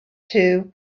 two